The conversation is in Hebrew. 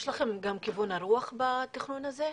יש לכם גם כיוון הרוח בתכנון הזה?